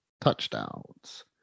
touchdowns